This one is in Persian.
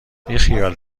بیخیال